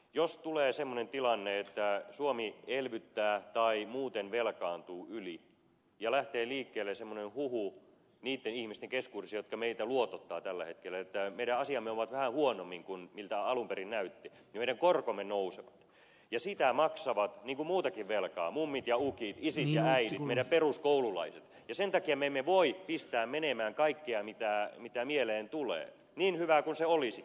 jos tulee semmoinen tilanne että suomi elvyttää tai muuten velkaantuu yli ja lähtee liikkeelle semmoinen huhu niitten ihmisten keskuudessa jotka meitä luotottavat tällä hetkellä että meidän asiamme ovat vähän huonommin kuin miltä alun perin näytti ja meidän korkomme nousevat niin sitä velkaa maksavat niin kuin muutakin velkaa mummit ja ukit isit ja äidit meidän peruskoululaiset ja sen takia me emme voi pistää menemään kaikkea mitä mieleen tulee niin hyvää kuin se olisikin